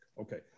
Okay